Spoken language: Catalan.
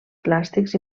plàstics